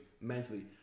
mentally